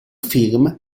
film